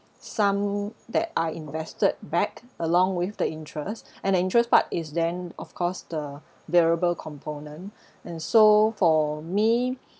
sum that are invested back along with the interest and the interest part is then of course the variable component and so for me